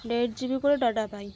দেড় G B করে data পাই